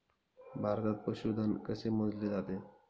भारतात पशुधन कसे मोजले जाते?